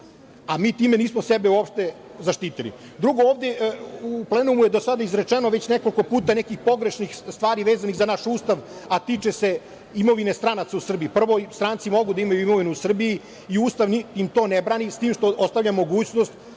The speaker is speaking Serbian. a mi time nismo sebe uopšte zaštitili. Drugo, u plenumu je do sada izrečeno nekoliko pogrešnih stvari vezanih za naš Ustav, a tiče se imovine stranaca u Srbiji. Prvo, stranci mogu da imaju imovinu u Srbiji i Ustav to ne brani, ali ostavlja mogućnost